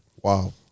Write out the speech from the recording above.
Wow